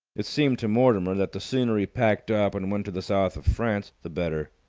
it seemed to mortimer that the sooner he packed up and went to the south of france, the better.